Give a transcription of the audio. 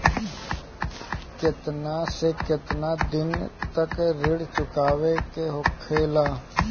केतना से केतना दिन तक ऋण चुकावे के होखेला?